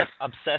obsessed